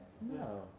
No